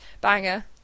banger